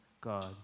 God